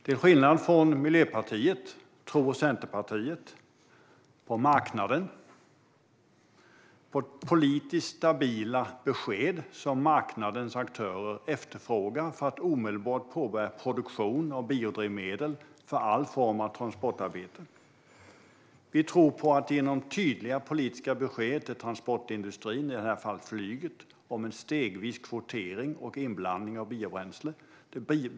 Till skillnad från Miljöpartiet tror Centerpartiet på marknaden och på politiskt stabila besked, som marknadens aktörer efterfrågar för att omedelbart påbörja produktion av biodrivmedel för all form av transportarbete. Vi tror på att ge tydliga politiska besked till transportindustrin, i detta fall flyget, om en stegvis kvotering och inblandning av biobränsle.